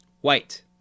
White